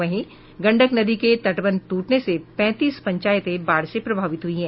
वहीं गंडक नदी के तटबंध ट्रटने से पैंतीस पंचायतें बाढ़ से प्रभावित हुई हैं